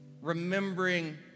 remembering